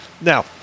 now